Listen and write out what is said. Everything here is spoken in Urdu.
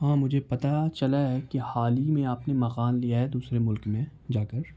ہاں مجھے پتہ چلا ہے کہ حال ہی میں آپ نے مقان لیا ہے دوسرے ملک میں جا کر